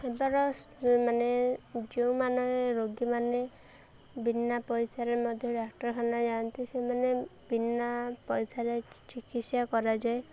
ସେବାର ମାନେ ଯେଉଁମାନେ ରୋଗୀମାନେ ବିନା ପଇସାରେ ମଧ୍ୟ ଡାକ୍ତରଖାନା ଯାଆନ୍ତି ସେମାନେ ବିନା ପଇସାରେ ଚିକିତ୍ସା କରାଯାଏ